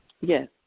Yes